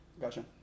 Gotcha